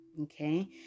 okay